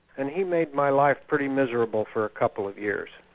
and he made my life pretty miserable for a couple of years.